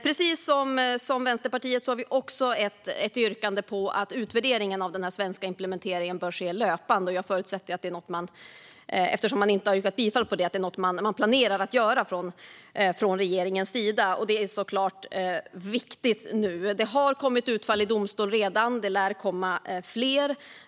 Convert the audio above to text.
Precis som Vänsterpartiet har vi också ett yrkande om att utvärderingen av den svenska implementeringen bör ske löpande. Jag förutsätter, eftersom man inte har yrkat bifall till det, att det är något man planerar att göra från regeringens sida. Detta är viktigt. Det har redan kommit domstolsutslag, och det lär komma fler.